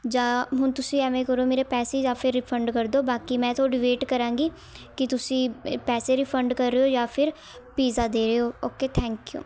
ਜਾਂ ਹੁਣ ਤੁਸੀਂ ਐਵੇਂ ਕਰੋ ਮੇਰੇ ਪੈਸੇ ਜਾਂ ਫਿਰ ਰਿਫੰਡ ਕਰ ਦਿਉ ਬਾਕੀ ਮੈਂ ਤੁਹਾਡੀ ਵੇਟ ਕਰਾਂਗੀ ਕਿ ਤੁਸੀਂ ਪੈਸੇ ਰਿਫੰਡ ਕਰ ਰਹੇ ਹੋ ਜਾਂ ਫਿਰ ਪੀਜ਼ਾ ਦੇ ਰਹੇ ਹੋ ਓਕੇ ਥੈਂਕ ਯੂ